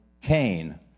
Cain